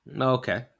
Okay